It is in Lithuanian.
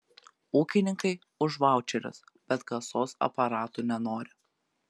ūkininkai už vaučerius bet kasos aparatų nenori